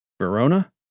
Verona